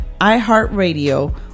iHeartRadio